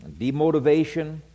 demotivation